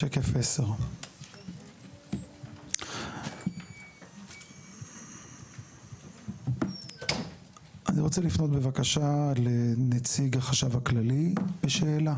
שקף 10. אני רוצה לפנות בבקשה לנציג החשב הכללי בשאלה.